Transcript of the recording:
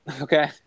okay